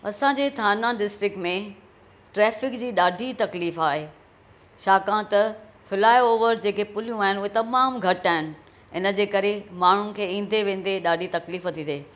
असांजे थाना डिस्टिक में ट्रैफ़िक जी ॾाढी तकलीफ़ु आहे छाकाणि त फ्लाई ओवर जेके पुलियूं आहिनि उहे तमामु घटि आहिनि हिनजे करे माण्हूनि खे ईंदे वेंदे ॾाढी तकलीफ़ु थी थिए